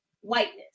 whiteness